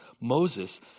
Moses